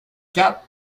quatre